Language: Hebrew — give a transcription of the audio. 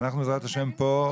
אנחנו פה,